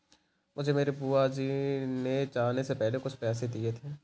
मुझे मेरी बुआ जी ने जाने से पहले कुछ पैसे दिए थे